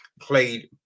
Played